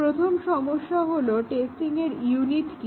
প্রথম সমস্যা হলো টেস্টিংয়ের ইউনিট কি